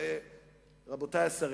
רבותי השרים,